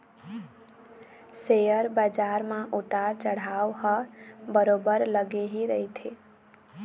share बजार म उतार चढ़ाव ह बरोबर लगे ही रहिथे